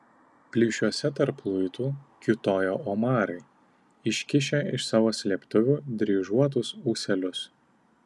plyšiuose tarp luitų kiūtojo omarai iškišę iš savo slėptuvių dryžuotus ūselius